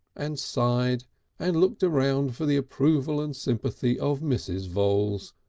and sighed and looked round for the approval and sympathy of mrs. voules,